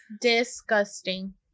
Disgusting